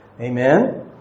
Amen